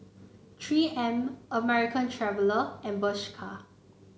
Three M American Traveller and Bershka